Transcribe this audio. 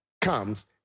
comes